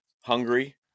hungry